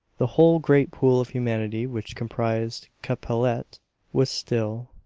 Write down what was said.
the whole great pool of humanity which comprised capellette was still,